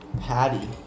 Patty